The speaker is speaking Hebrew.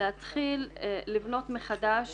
להתחיל לבנות מחדש